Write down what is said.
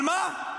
על מה?